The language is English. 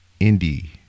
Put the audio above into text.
Indie